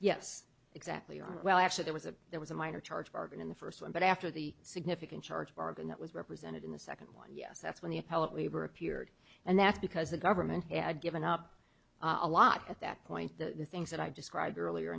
yes exactly ah well actually there was a there was a minor charge bargain in the first one but after the significant charge bargain that was represented in the second one yes that's when the appellate labor appeared and that's because the government had given up a lot at that point the things that i described earlier